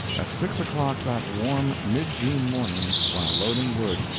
at six o'clock that warm mid-june morning, while loading wood,